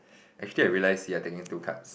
actually I realized you are taking two cards